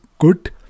good